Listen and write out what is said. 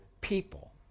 people